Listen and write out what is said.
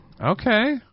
Okay